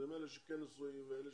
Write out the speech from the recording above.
זה עם אלה שכן נשואים ואלה